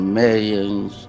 millions